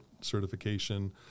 certification